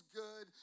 good